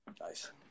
Nice